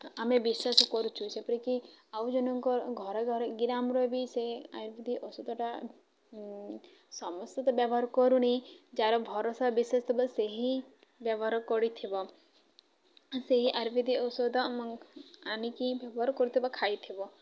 ଆମେ ବିଶ୍ୱାସ କରୁଚୁ ଯେପରିକି ଆଉ ଜନଙ୍କ ଘରେ ଘରେ ବି ସେ ଆୟୁର୍ବେଦିକ ଔଷଧଟା ସମସ୍ତେ ତ ବ୍ୟବହାର କରୁନି ଯାହାର ଭରସା ବିଶ୍ୱାସ ଥିବ ସେହି ବ୍ୟବହାର କରିଥିବ ସେହି ଆୟୁର୍ବେଦିକ ଔଷଧ ଆଣିକି ବ୍ୟବହାର କରୁଥିବ ଖାଇଥିବ